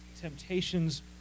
temptations